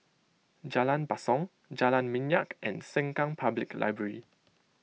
Jalan Basong Jalan Minyak and Sengkang Public Library